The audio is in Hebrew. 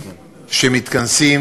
אבל שהיא תהיה רלוונטית.